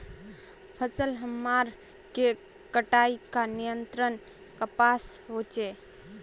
फसल हमार के कटाई का नियंत्रण कपास होचे?